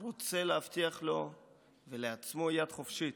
רוצה להבטיח לו ולעצמו יד חופשית.